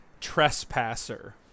Trespasser